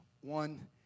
one